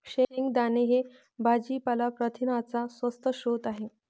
शेंगदाणे हे भाजीपाला प्रथिनांचा स्वस्त स्रोत आहे